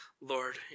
Lord